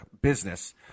business